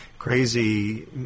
crazy